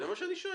חצי מיליון?